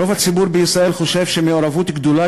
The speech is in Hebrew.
רוב הציבור בישראל חושב שמעורבות גדולה